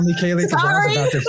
sorry